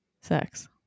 sex